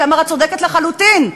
שאמר: את צודקת לחלוטין: